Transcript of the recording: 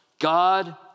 God